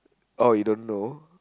oh you don't know